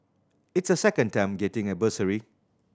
it's her second time getting a bursary